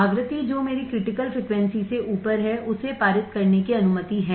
आवृत्ति जो मेरी क्रिटिकल फ्रिकवेंसी से ऊपर है उसे पारित करने की अनुमति है